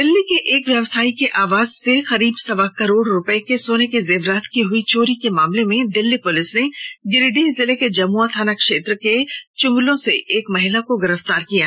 दिल्ली में एक व्यवसायी के आवास से करीब सवा करोड़ रुपये के सोने के जेवरात की हुई चोरी मामले में दिल्ली पुलिस ने गिरिडीह जिले के जमुआ थाना क्षेत्र रिथत चुंगलो से एक महिला को गिरफ्तार कर लिया